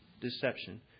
deception